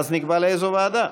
ואז נקבע לאיזו ועדה.